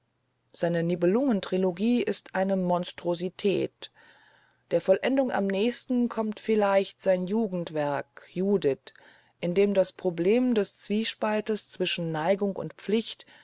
seine nibelungentrilogie ist eine monstrosität der vollendung am nächsten kommt vielleicht sein jugendwerk judith in dem das problem des zwiespalts zwischen neigung und pflicht